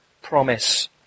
promise